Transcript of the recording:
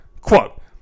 quote